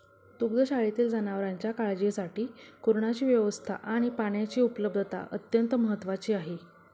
दुग्धशाळेतील जनावरांच्या काळजीसाठी कुरणाची व्यवस्था आणि पाण्याची उपलब्धता अत्यंत महत्त्वाची आहे